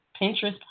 Pinterest